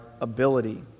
ability